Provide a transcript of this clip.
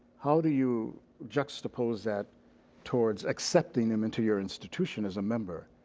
how do you juxtapose that toward accepting them into your institution as a member.